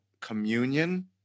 communion